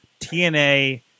TNA